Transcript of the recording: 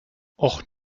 och